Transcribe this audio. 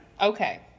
Okay